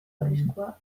arriskua